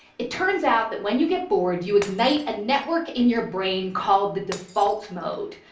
it turns out that when you get bored, you ignite a network in your brain called the default mode.